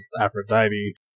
Aphrodite